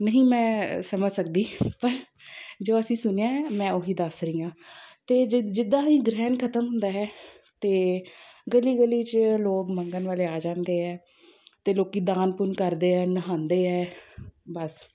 ਨਹੀਂ ਮੈਂ ਸਮਝ ਸਕਦੀ ਪਰ ਜੋ ਅਸੀਂ ਸੁਣਿਆ ਮੈਂ ਉਹੀ ਦੱਸ ਰਹੀ ਹਾਂ ਅਤੇ ਜਿੱਦਾਂ ਹੀ ਗ੍ਰਹਿਣ ਖਤਮ ਹੁੰਦਾ ਹੈ ਅਤੇ ਗਲੀ ਗਲੀ 'ਚ ਲੋਕ ਮੰਗਣ ਵਾਲੇ ਆ ਜਾਂਦੇ ਹੈ ਅਤੇ ਲੋਕ ਦਾਨ ਪੁੰਨ ਕਰਦੇ ਆ ਨਹਾਉਂਦੇ ਹੈ ਬਸ